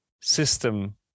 system